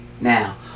now